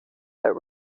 but